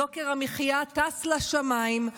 יוקר המחיה טס לשמיים,